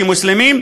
כמוסלמים,